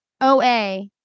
oa